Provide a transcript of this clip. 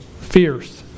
fierce